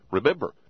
Remember